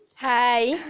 Hi